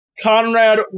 Conrad